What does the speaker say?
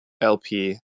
LP